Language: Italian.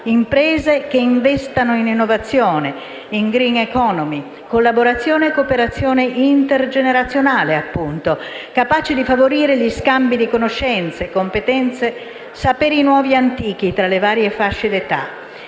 imprese che investano in innovazione e in *green economy*, collaborazione e cooperazione intergenerazionale, capaci di favorire gli scambi di conoscenze e competenze, di saperi nuovi e antichi tra le varie fasce di età.